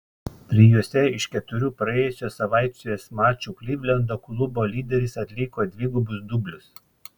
trijuose iš keturių praėjusios savaitės mačų klivlendo klubo lyderis atliko dvigubus dublius